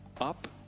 up